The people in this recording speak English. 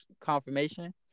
confirmation